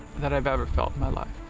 that i've ever felt in my life